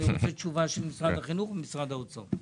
אני רוצה תשובה של משרד החינוך ומשרד האוצר,